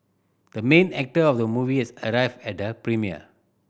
the main actor of the movie has arrived at the premiere